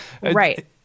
Right